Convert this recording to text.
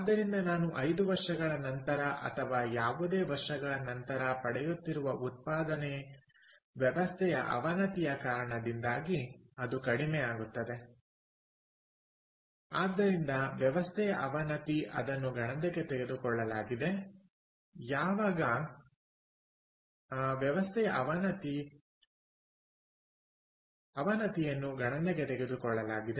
ಆದ್ದರಿಂದ ನಾನು 5 ವರ್ಷಗಳ ನಂತರ ಅಥವಾ ಯಾವುದೇ ವರ್ಷಗಳ ನಂತರ ಪಡೆಯುತ್ತಿರುವ ಉತ್ಪಾದನೆ ವ್ಯವಸ್ಥೆಯ ಅವನತಿಯ ಕಾರಣದಿಂದಾಗಿ ಅದು ಕಡಿಮೆ ಆಗುತ್ತದೆ ಆದ್ದರಿಂದ ವ್ಯವಸ್ಥೆಯ ಅವನತಿ ಅದನ್ನು ಗಣನೆಗೆ ತೆಗೆದುಕೊಳ್ಳಲಾಗಿದೆ